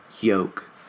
yoke